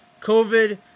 COVID